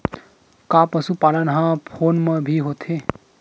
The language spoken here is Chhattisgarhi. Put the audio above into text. का पशुपालन ह फोन म भी होथे?